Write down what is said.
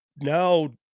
now